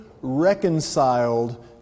reconciled